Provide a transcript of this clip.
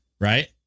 right